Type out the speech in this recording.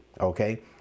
Okay